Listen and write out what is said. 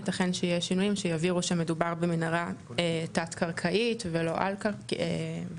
יתכן שיהיו שינויים שיבהירו שמדובר במנהרה תת קרקעית ולא על קרקעית.